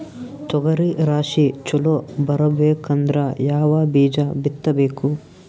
ತೊಗರಿ ರಾಶಿ ಚಲೋ ಬರಬೇಕಂದ್ರ ಯಾವ ಬೀಜ ಬಿತ್ತಬೇಕು?